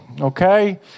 Okay